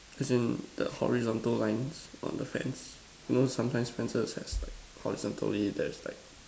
as in horizontal lines on the fence you know sometime fences have like horizontally there's like